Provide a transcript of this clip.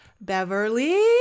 Beverly